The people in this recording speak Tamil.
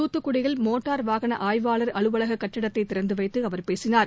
தூத்துக்குடியில் மோட்டார் வாகனஆய்வாளர் அலுவலககட்டிடத்தைதிறந்துவைத்துஅவர் பேசினார்